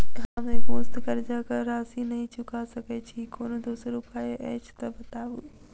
हम एकमुस्त कर्जा कऽ राशि नहि चुका सकय छी, कोनो दोसर उपाय अछि तऽ बताबु?